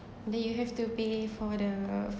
then you have to pay for the